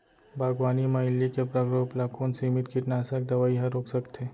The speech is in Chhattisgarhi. बागवानी म इल्ली के प्रकोप ल कोन सीमित कीटनाशक दवई ह रोक सकथे?